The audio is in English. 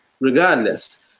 regardless